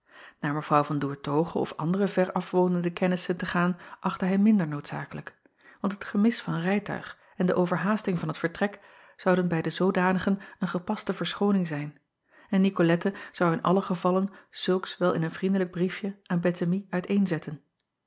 aar w an oertoghe of andere ver af wonende kennissen te gaan achtte hij minder noodzakelijk want het gemis van rijtuig en de overhaasting van t vertrek zouden bij de zoodanigen een gepaste verschooning zijn en icolette zou in allen gevalle zulks wel in een vriendelijk briefje aan